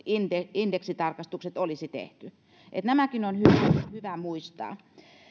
indeksitarkastukset olisi tehty että nämäkin on hyvä muistaa